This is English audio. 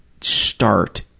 start